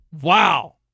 Wow